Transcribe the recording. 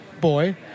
boy